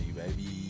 baby